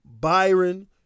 Byron